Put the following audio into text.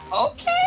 Okay